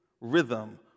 rhythm